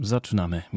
Zaczynamy